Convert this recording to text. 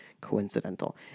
coincidental